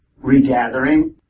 regathering